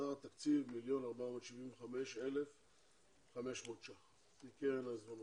סך התקציב הוא מיליון ו-475,500 שקלים מקרן העיזבונות.